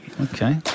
Okay